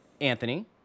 Anthony